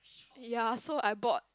ya so I bought